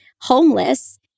homeless